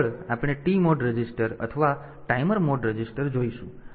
આગળ આપણે TMOD register અથવા ટાઈમર મોડ રજિસ્ટર જોઈશું